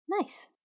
nice